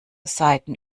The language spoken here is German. seiten